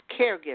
caregivers